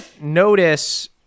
notice